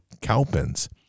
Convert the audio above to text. Cowpens